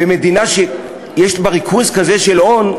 ומדינה שיש בה ריכוז כזה של הון,